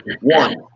One